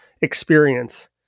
experience